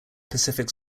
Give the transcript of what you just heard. pacific